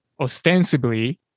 ostensibly